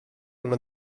una